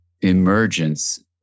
emergence